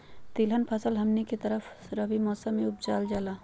तिलहन फसल हमनी के तरफ रबी मौसम में उपजाल जाला